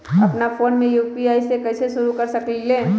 अपना फ़ोन मे यू.पी.आई सेवा कईसे शुरू कर सकीले?